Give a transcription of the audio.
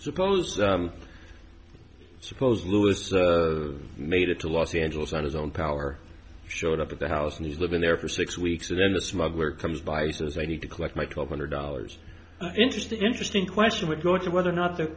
suppose i suppose lewis made it to los angeles on his own power showed up at the house and he's living there for six weeks and then the smuggler comes by he says i need to collect my twelve hundred dollars interest the interesting question would go to whether or not the